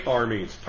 armies